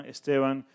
Esteban